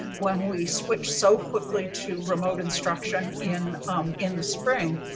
when we switched so quickly to remote instruction in in the spring,